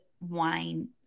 wine